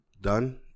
done